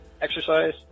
exercise